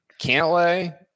Cantlay